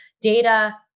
Data